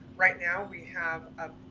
right now we have a